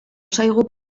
zaigu